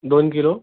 दोन किलो